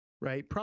right